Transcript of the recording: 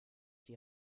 die